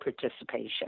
participation